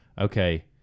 okay